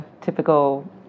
typical